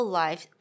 life